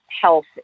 health